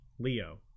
Leo